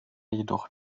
jedoch